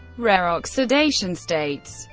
rare oxidation states